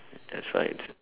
that's why it's